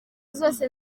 zose